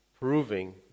proving